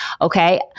Okay